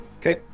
Okay